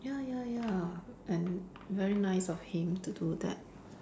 ya ya ya and very nice of him to do that